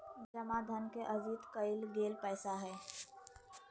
जमा धन से अर्जित कइल गेल पैसा हइ